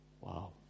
Wow